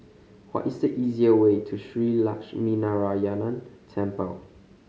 what is the easier way to Shree Lakshminarayanan Temple